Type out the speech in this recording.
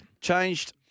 changed